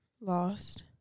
Lost